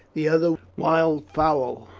the other wildfowl,